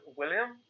william